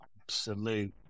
absolute